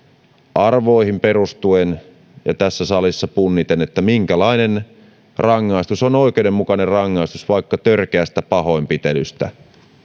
arvoihin perustuen ja tässä salissa punniten minkälainen rangaistus on oikeudenmukainen rangaistus vaikkapa törkeästä pahoinpitelystä